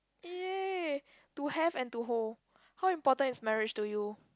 yay to have and to hold how important is marriage to you